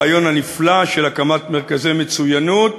הרעיון הנפלא של הקמת מרכזי מצוינות,